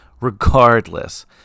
Regardless